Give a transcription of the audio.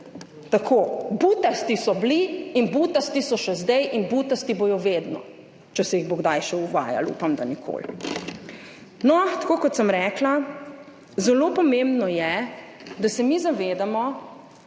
Tako. Butasti so bili in butasti so še zdaj in butasti bodo vedno, če se jih bo kdaj še uvajalo, upam, da nikoli. Tako kot sem rekla, zelo pomembno je, da se mi zavedamo,